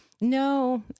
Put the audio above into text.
No